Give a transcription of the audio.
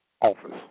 office